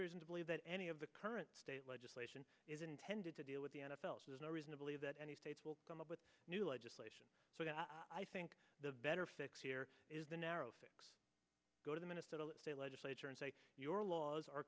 reason to believe that any of the current state legislation is intended to deal with the n f l so there's no reason to believe that any states will come up with new legislation so i think the better fix here is the narrow fix go to the minnesota state legislature and say your laws are